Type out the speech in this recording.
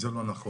זה לא נכון.